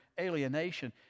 alienation